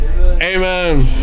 amen